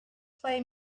play